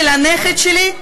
של הנכד שלי?